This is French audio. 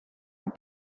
vous